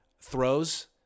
throws